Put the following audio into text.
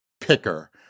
picker